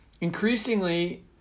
increasingly